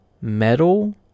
metal